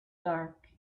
dark